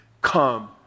come